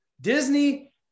Disney